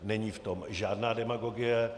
Není v tom žádná demagogie.